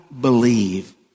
believe